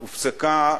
הופסקה,